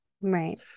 right